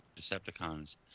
Decepticons